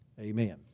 amen